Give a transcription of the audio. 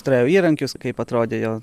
turėjau įrankius kaip atrodė jo